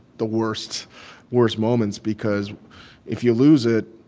the worst worst moments because if you lose it,